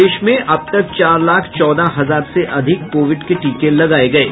प्रदेश में अब तक चार लाख चौदह हजार से अधिक कोविड के टीके लगाये गये